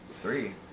Three